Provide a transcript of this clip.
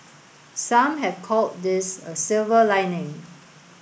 some have called this a silver lining